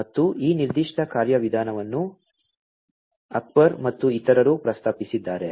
ಮತ್ತು ಈ ನಿರ್ದಿಷ್ಟ ಕಾರ್ಯವಿಧಾನವನ್ನು ಅಕ್ಬರ್ ಮತ್ತು ಇತರರು ಪ್ರಸ್ತಾಪಿಸಿದ್ದಾರೆ